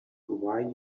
why